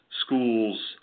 schools